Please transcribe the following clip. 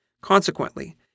Consequently